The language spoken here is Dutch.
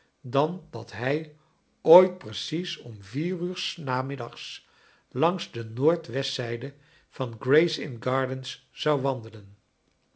dan dat hij ooit precies om vier uur s nacharles dickens middags langs de noord westzijde van gray's inn gardens zou